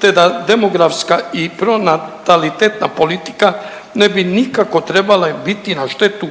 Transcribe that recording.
te da demografska i pronatalitetna politika ne bi nikako trebala biti na štetu